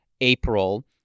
April